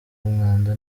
umwanda